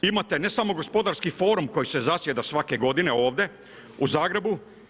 Imate ne samo gospodarski forum koji zasjeda svake godine ovdje, u Zagrebu.